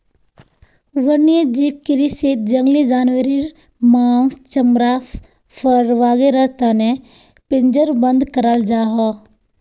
वन्यजीव कृषीत जंगली जानवारेर माँस, चमड़ा, फर वागैरहर तने पिंजरबद्ध कराल जाहा